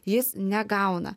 jis negauna